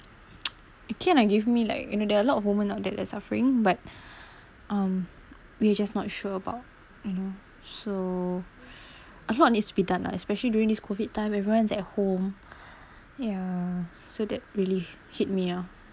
it kind of give me like you know there are a lot of women out there that suffering but um we're just not sure about you know so a lot needs to be done lah especially during this COVID time everyone's at home yeah so that really hit me ah